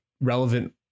relevant